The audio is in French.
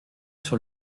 sur